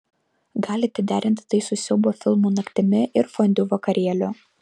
galite derinti tai su siaubo filmų naktimi ir fondiu vakarėliu